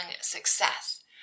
success